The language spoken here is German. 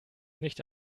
nicht